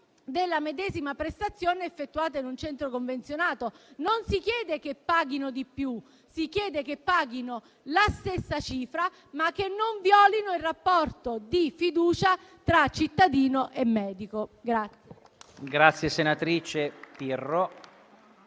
della medesima prestazione effettuata in un centro convenzionato. Non si chiede che paghino di più; si chiede che paghino la stessa cifra, ma che non violino il rapporto di fiducia tra cittadino e medico.